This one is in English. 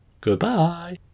Goodbye